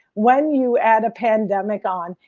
when you add a pandemic on,